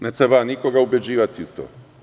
Ne treba nikoga ubeđivati u to.